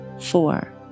four